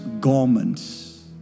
garments